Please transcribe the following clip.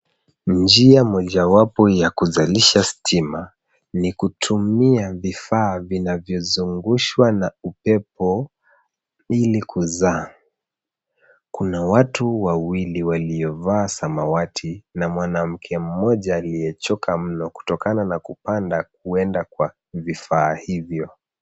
Njia mojawapo ya kuzalisha stima ni kutumia vifaa vinavyozungushwa na upepo ili kuzaa. Kuna watu wawili waliovaa samawati na mwanamke aliyechoka mno kutokana na kupada kuenda kwa vifaa hivyo.